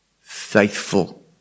faithful